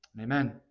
Amen